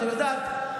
את יודעת,